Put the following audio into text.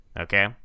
Okay